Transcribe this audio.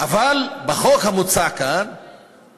אבל בחוק המוצע כאן